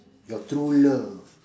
your true love